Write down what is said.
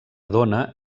dóna